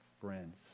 friends